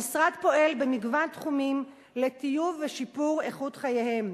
המשרד פועל במגוון תחומים לטיוב ולשיפור איכות חייהם: